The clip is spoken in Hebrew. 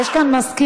יש כאן מזכיר.